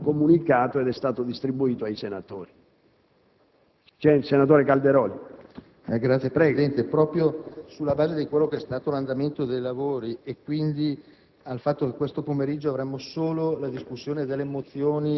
Per quanto riguarda lo sviluppo dei nostri lavori, l'ordine del giorno della seduta di oggi pomeriggio prevede votazioni sulle dimissioni presentate dai senatori Bubbico e Pinza.